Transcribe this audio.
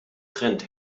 trennt